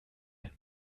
den